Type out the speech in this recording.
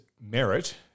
merit